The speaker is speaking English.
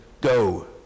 go